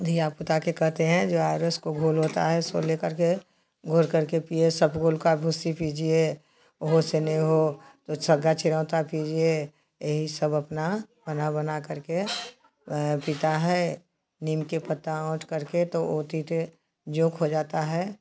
धिया पुता को कहते हैं जो आर एस का घोल होता है सो ले करके घोल करके पिओ इसबगोल की भुस्सी पीजिए इससे नहीं हो तो छग्गा चिरैँता पीजिए यही सब अपना बना बनाकर पीता है नीम का पत्ता औंट करके वह तीते जोँक हो जाता है